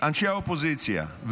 אנשי האופוזיציה,